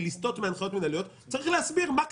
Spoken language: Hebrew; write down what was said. לסטות מהנחיות מינהליות צריך להסביר מה קרה.